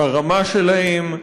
ברמה שלהם,